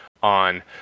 On